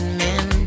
men